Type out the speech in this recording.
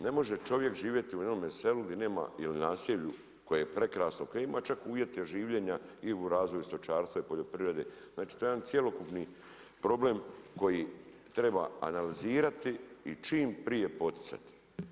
Ne može čovjek živjeti u jednome selu gdje nema ili naselju koje je prekrasno, koje ima čak uvjete življenja i u razvoju stočarstva i poljoprivrede, znači to je jedan cjelokupni problem koji treba analizirati i čim prije poticati.